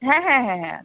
হ্যাঁ হ্যাঁ হ্যাঁ হ্যাঁ